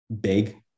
big